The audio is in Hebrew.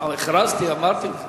הכרזתי, אמרתי את זה.